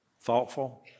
thoughtful